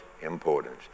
importance